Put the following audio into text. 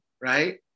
right